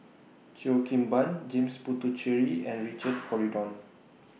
Cheo Kim Ban James Puthucheary and Richard Corridon